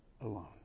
alone